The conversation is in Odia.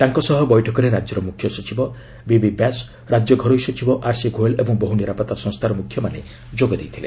ତାଙ୍କ ସହ ବୈଠକରେ ରାଜ୍ୟର ମୁଖ୍ୟସଚିବ ବିବି ବ୍ୟାସ ରାଜ୍ୟ ଘରୋଇ ସଚିବ ଆର୍ସି ଗୋୟଲ ଓ ବହୁ ନିରାପତ୍ତା ସଂସ୍ଥାର ମୁଖ୍ୟମାନେ ଯୋଗ ଦେଇଥିଲେ